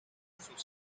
sus